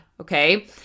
okay